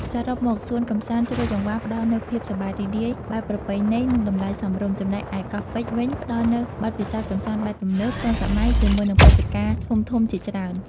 សរុបមក សួនកម្សាន្តជ្រោយចង្វារផ្ដល់នូវភាពសប្បាយរីករាយបែបប្រពៃណី និងតម្លៃសមរម្យ ចំណែកឯកោះពេជ្រវិញផ្ដល់នូវបទពិសោធន៍កម្សាន្តបែបទំនើប ទាន់សម័យ ជាមួយនឹងព្រឹត្តិការណ៍ធំៗជាច្រើន។